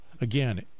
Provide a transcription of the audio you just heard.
again